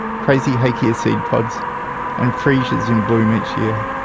crazy hakea seed pods and fresias in bloom each year.